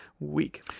Week